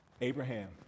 Abraham